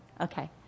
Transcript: Okay